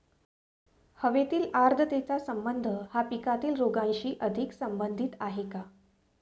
हवेतील आर्द्रतेचा संबंध हा पिकातील रोगांशी अधिक संबंधित आहे का?